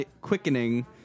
quickening